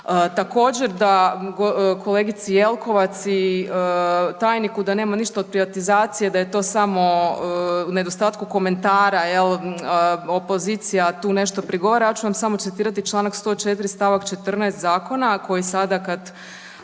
Također da kolegici Jelkovac i tajniku da nema ništa od privatizacije da je to samo u nedostatku komentara jel, opozicija tu nešto prigovara. Ja ću vam samo citirati čl. 104. st. 14. zakona, a koji sada kad